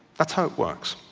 that's how it works.